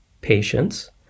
patience